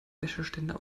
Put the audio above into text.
wäscheständer